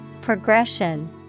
Progression